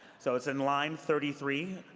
so it's in line thirty three.